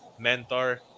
mentor